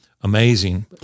amazing